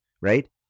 right